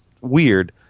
weird